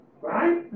right